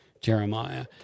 Jeremiah